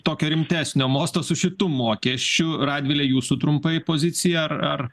tokio rimtesnio mosto su šitu mokesčiu radvile jūsų trumpai pozicija ar ar